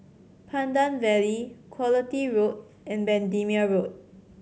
Pandan Valley Quality Road and Bendemeer Road